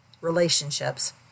relationships